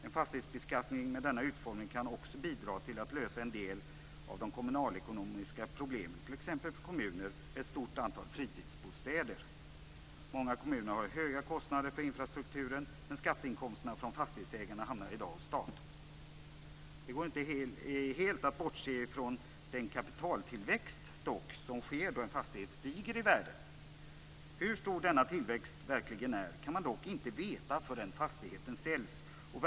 En fastighetsbeskattning med denna utformning kan också bidra till att lösa en del av de kommunalekonomiska problemen t.ex. problemen för kommuner med ett stort antal fritidsbostäder. Många kommuner har höga kostnader för infrastrukturen, men skatteinkomsterna från fastighetsägarna hamnar i dag hos staten. Det går dock inte helt att bortse från den kapitaltillväxt som sker då en fastighet stiger i värde. Hur stor denna tillväxt verkligen är kan man dock inte veta förrän fastigheten säljs.